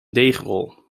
deegrol